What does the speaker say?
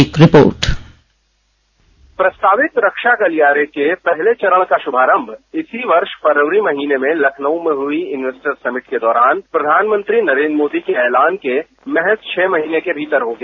एक रिपोर्ट प्रस्तावित रक्षा गलियारे के पहले चरण का श्रभारंभ इसी वर्ष फरवरी महीने में लखनऊ में हुई इनवेस्टर समिट के दौरान प्रधानमंत्री नरेन्द्र मोदी के एलान के महज छह महीने के भीतर हो गया